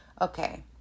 okay